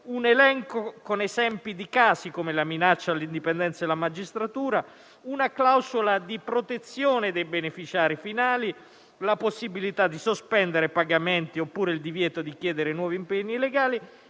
un elenco con esempi di casi (come la minaccia all'indipendenza della magistratura); una clausola di protezione dei beneficiari finali; la possibilità di sospendere pagamenti oppure il divieto di chiedere nuovi impegni legali